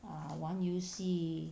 err 玩游戏